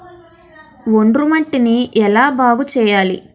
ఒండ్రు మట్టిని ఎలా బాగుంది చేయాలి?